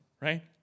right